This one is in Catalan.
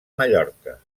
mallorca